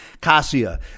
Cassia